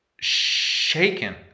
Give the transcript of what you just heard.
shaken